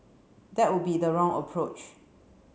that would be the wrong approach